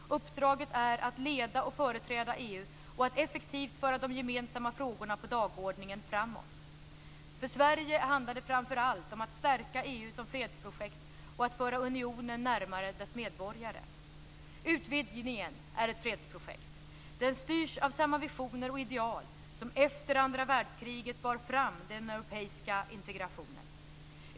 Uppdraget är att leda och företräda EU och att effektivt föra de gemensamma frågorna på dagordningen framåt. För Sverige handlar det framför allt om att stärka EU som fredsprojekt och att föra unionen närmare dess medborgare. Utvidgningen är ett fredsprojekt. Den styrs av samma visioner och ideal som efter andra världskriget bar fram den europeiska integrationen.